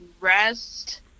rest